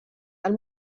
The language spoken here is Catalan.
del